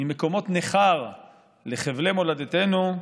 ממקומות נכר לחבלי מולדתנו,